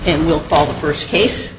and we'll call the first case